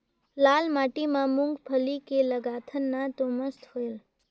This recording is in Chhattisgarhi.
लाल माटी म मुंगफली के लगाथन न तो मस्त होयल?